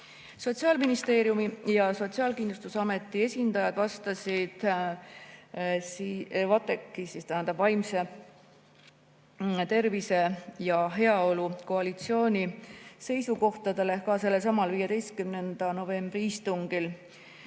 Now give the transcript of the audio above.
Sotsiaalministeeriumi ja Sotsiaalkindlustusameti esindajad vastasid VATEK‑i ehk Vaimse Tervise ja Heaolu Koalitsiooni seisukohtadele sellelsamal 15. novembri istungil.